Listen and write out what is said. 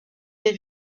les